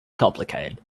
complicated